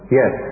yes